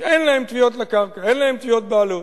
שאין להם תביעות לקרקע, אין להם תביעות בעלות.